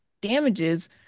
damages